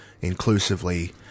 inclusively